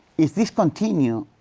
if this continues,